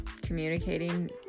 communicating